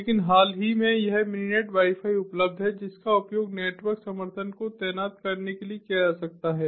लेकिन हाल ही में यह मिनिनेट वाईफाई उपलब्ध है जिसका उपयोग नेटवर्क समर्थन को तैनात करने के लिए किया जा सकता है